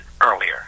earlier